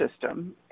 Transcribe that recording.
system